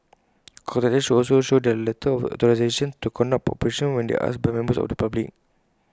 contractors should also show their letter of authorisation to conduct operations when asked by members of the public